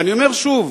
ואני אומר שוב,